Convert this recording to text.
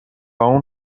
اون